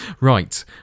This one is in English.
Right